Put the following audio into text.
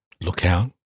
Lookout